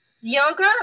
Yoga